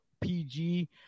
PG